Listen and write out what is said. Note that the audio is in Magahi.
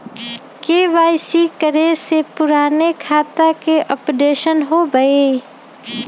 के.वाई.सी करें से पुराने खाता के अपडेशन होवेई?